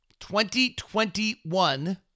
2021